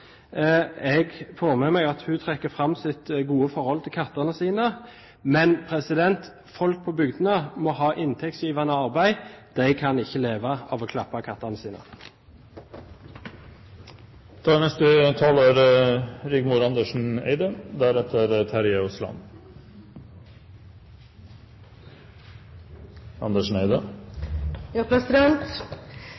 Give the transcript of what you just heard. Jeg får med meg at hun trekker fram sitt gode forhold til kattene sine, men folk på bygdene må ha inntektsgivende arbeid. De kan ikke leve av å klappe kattene sine. I dag er